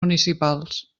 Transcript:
municipals